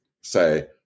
say